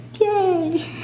Yay